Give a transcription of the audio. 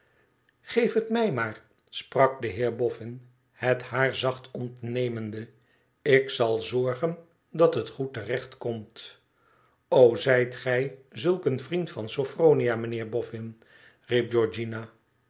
geef het mij maar sprak de heer bofhn het haar zacht ontnemende ik zal zorgen dat het goed te recht komt zijt gij zulk een vriend van sophronia mijnheer bofhn riep